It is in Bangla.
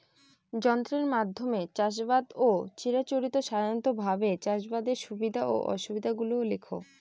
যন্ত্রের মাধ্যমে চাষাবাদ ও চিরাচরিত সাধারণভাবে চাষাবাদের সুবিধা ও অসুবিধা গুলি লেখ?